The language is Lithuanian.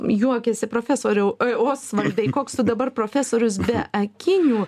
juokiasi profesoriau osvaldai koks tu dabar profesorius be akinių